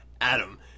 Adam